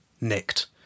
Nicked